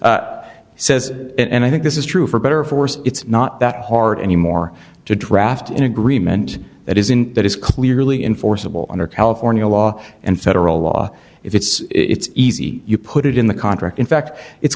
says and i think this is true for better or for worse it's not that hard anymore to draft in agreement that isn't that is clearly enforceable under california law and federal law if it's easy you put it in the contract in fact it's